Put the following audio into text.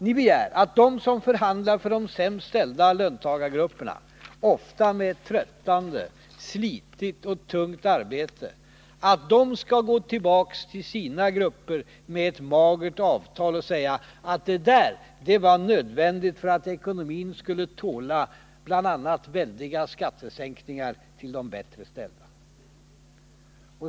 Ni begär att de som förhandlar för de sämst ställda löntagargrupperna, som ofta har tröttande, slitigt och tungt arbete, skall gå tillbaka till sina grupper med ett magert avtal och säga, att detta var nödvändigt för att ekonomin skulle tåla bl.a. väldiga skattesänk ningar till de bättre ställda.